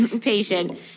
patient